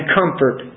comfort